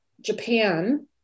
Japan